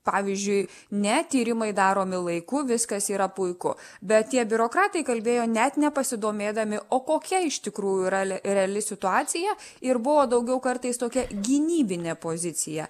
pavyzdžiui ne tyrimai daromi laiku viskas yra puiku bet tie biurokratai kalbėjo net nepasidomėdami o kokia iš tikrųjų yra reali situacija ir buvo daugiau kartais tokia gynybinė pozicija